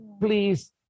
please